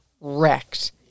wrecked